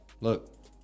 Look